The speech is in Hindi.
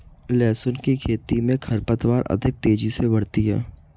लहसुन की खेती मे खरपतवार अधिक तेजी से बढ़ती है